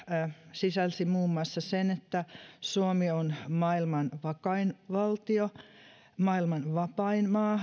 sisälsi muun muassa sen että suomi on maailman vakain valtio maailman vapain maa